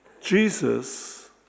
Jesus